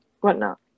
whatnot